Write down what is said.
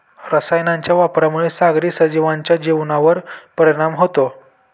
रसायनांच्या वापरामुळे सागरी सजीवांच्या जीवनावर परिणाम होतो